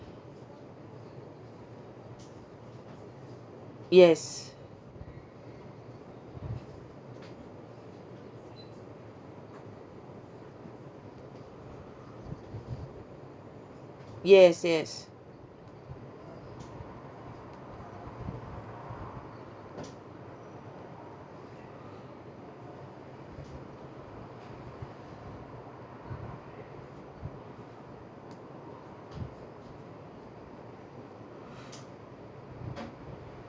yes yes yes